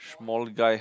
small guy